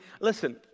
listen